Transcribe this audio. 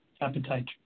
appetite